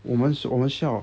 我们需要